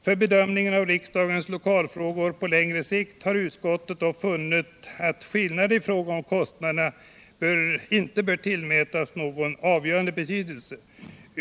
För bedömningen av riksdagens lokalfrågor på längre sikt har utskottet dock inte funnit att skillnaderna i fråga om kostnader bör tillmätas någon avgörande betydelse.